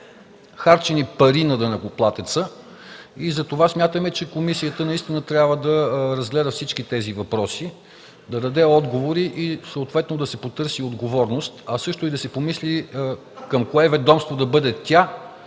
харчени пари на данъкоплатеца и затова смятаме, че Комисията наистина трябва да разгледа всички тези въпроси, да даде отговори и съответно да се потърси отговорност, а също и да се помисли към кое ведомство да бъде тя,